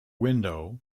window